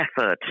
effort